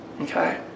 Okay